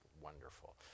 wonderful